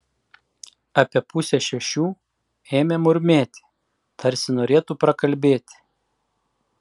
apie pusę šešių ėmė murmėti tarsi norėtų prakalbėti